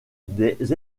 des